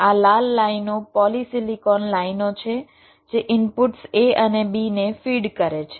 આ લાલ લાઈનઓ પોલિસિલિકોન લાઈનઓ છે જે ઇનપુટ્સ a અને b ને ફીડ કરે છે